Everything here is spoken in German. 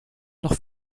noch